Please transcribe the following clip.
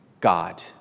God